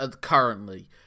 currently